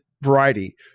variety